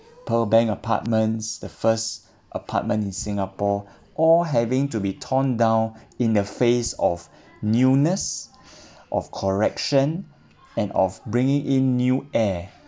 pearl bank apartments the first apartment in singapore all having to be torn down in the face of newness of correction and of bringing in new air